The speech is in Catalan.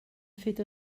fet